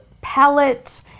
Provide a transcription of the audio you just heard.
palette